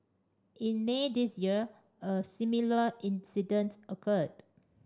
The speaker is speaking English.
in May this year a similar incident occurred